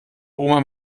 oma